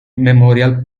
memorial